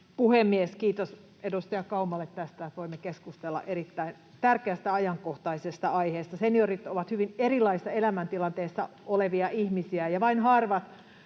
puhemies! Kiitos edustaja Kaumalle tästä, että voimme keskustella erittäin tärkeästä ajankohtaisesta aiheesta. Seniorit ovat hyvin erilaisissa elämäntilanteissa olevia ihmisiä,